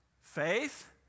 Faith